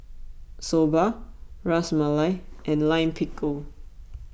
Soba Ras Malai and Lime Pickle